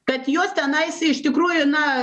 kad jos tenais iš tikrųjų na